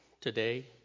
today